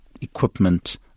equipment